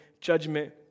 judgment